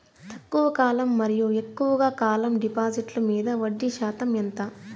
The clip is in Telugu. తక్కువ కాలం మరియు ఎక్కువగా కాలం డిపాజిట్లు మీద వడ్డీ శాతం ఎంత?